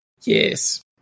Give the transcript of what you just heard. Yes